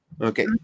Okay